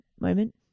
moment